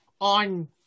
on